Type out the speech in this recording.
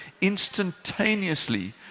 instantaneously